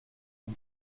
con